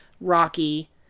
Rocky